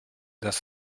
dass